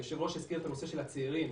היושב-ראש הזכיר את הנושא של הצעירים.